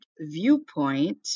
viewpoint